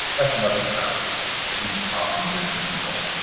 that is another tip that we often give to people.